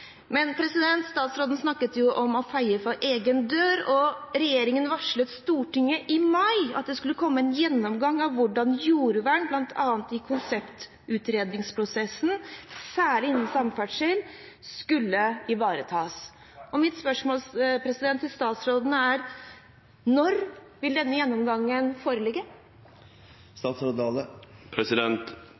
Statsråden snakket om å feie for egen dør, og i mai varslet regjeringen Stortinget om at det skulle komme en gjennomgang av hvordan jordvern bl.a. i konseptutredningsprosessen, særlig innen samferdsel, skulle ivaretas. Mitt spørsmål til statsråden er: Når vil denne gjennomgangen foreligge?